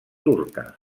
turca